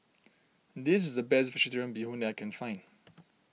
this is the best Vegetarian Bee Hoon I can find